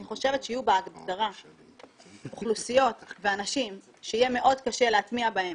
אני חושבת שיהיו בהגדרה אוכלוסיות ואנשים שיהיה מאוד קשה להטמיע בהם